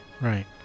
right